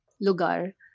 lugar